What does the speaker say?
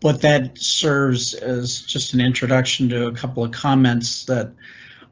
but that serves is just an introduction to a couple of comments that